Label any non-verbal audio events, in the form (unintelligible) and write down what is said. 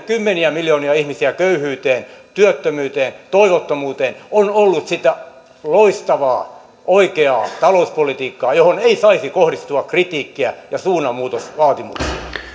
(unintelligible) kymmeniä miljoonia ihmisiä köyhyyteen työttömyyteen ja toivottomuuteen on ollut sitä loistavaa oikeaa talouspolitiikkaa johon ei saisi kohdistua kritiikkiä ja suunnanmuutosvaatimuksia